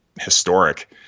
Historic